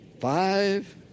Five